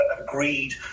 agreed